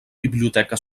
biblioteca